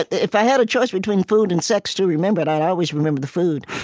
if i had a choice between food and sex to remember, i'd always remember the food.